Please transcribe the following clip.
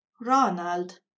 Ronald